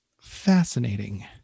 fascinating